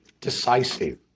decisive